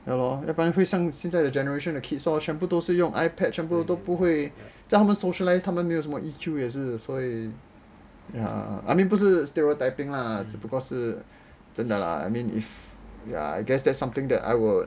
you know 要不然会像现在的 generation the kids lor 现在全部都是用 ipad 全部都不会叫他们 socialised 他们也没有什么 E_Q 也是 ya I mean 不是 stereotyping 啦只不过是真的 lah I mean if ya I guess that's something that I will